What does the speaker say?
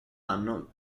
anno